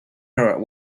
her